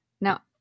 Now